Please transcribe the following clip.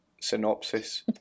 synopsis